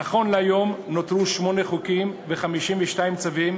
נכון להיום נותרו שמונה חוקים ו-52 צווים